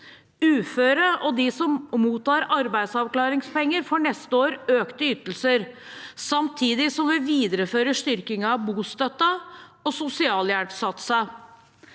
Uføre og de som mottar arbeidsavklaringspenger, får neste år økte ytelser, samtidig som vi viderefører styrkingen av bostøtten og sosialhjelpssatsene.